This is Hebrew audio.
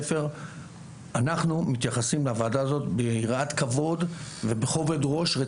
מתייחסים לוועדה ביראת כבוד ובכובד ראש.